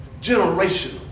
generational